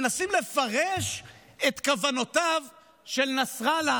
את כוונותיו של נסראללה,